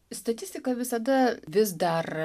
statistika visada vis dar